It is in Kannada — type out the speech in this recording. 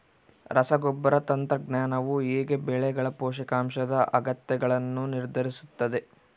ರಸಗೊಬ್ಬರ ತಂತ್ರಜ್ಞಾನವು ಹೇಗೆ ಬೆಳೆಗಳ ಪೋಷಕಾಂಶದ ಅಗತ್ಯಗಳನ್ನು ನಿರ್ಧರಿಸುತ್ತದೆ?